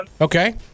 Okay